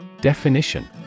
Definition